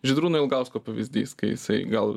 žydrūno ilgausko pavyzdys kai jisai gal